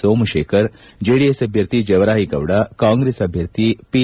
Somashekar JDS ಅಭ್ಯರ್ಥಿ ಜವರಾಯೀಗೌಡ ಕಾಂಗ್ರೆಸ್ ಅಭ್ಯರ್ಥಿ P